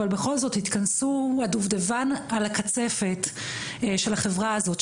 אבל בכל זאת התכנסו הדובדבן על הקצת של החברה הזאת,